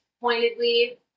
pointedly